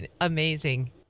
amazing